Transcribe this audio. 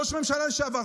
ראש ממשלה לשעבר,